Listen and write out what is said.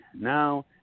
now